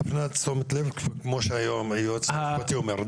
בהפניית תשומת לב כמו שהיום היועץ המשפטי אומר.